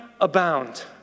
abound